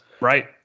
Right